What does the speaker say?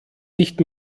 nicht